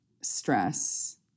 stress